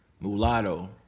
Mulatto